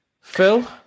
Phil